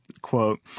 Quote